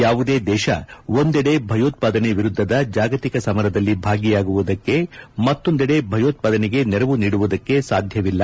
ಯಾವುದೇ ದೇಶ ಒಂದೆಡೆ ಭಯೋತ್ವಾದನೆ ವಿರುದ್ದದ ಜಾಗತಿಕ ಸಮರದಲ್ಲಿ ಭಾಗಿಯಾಗುವುದಕ್ಕೆ ಮತ್ತೊಂದೆಡೆ ಭಯೋತ್ಪಾದನೆಗೆ ನೆರವು ನಿಡುವುದಕ್ಕೆ ಸಾಧ್ಯವಿಲ್ಲ